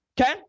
Okay